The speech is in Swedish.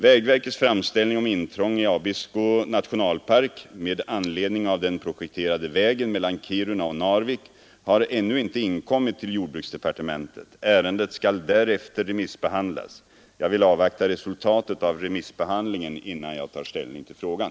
Vägverkets framställning om intrång i Abisko nationalpark med anledning av den projekterade vägen mellan Kiruna och Narvik har ännu inte inkommit till jordbruksdepartementet. Ärendet skall därefter remissbehandlas. Jag vill avvakta resultatet av remissbehandlingen innan jag tar ställning till frågan.